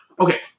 Okay